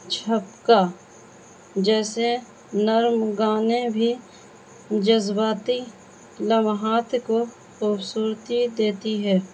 چھپکا جیسے نرم گانے بھی جذباتی لمحات کو خوبصورتی دیتی ہے